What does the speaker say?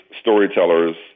storytellers